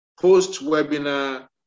Post-webinar